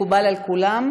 מקובל על כולם?